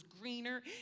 greener